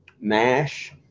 mash